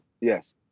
Yes